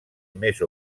més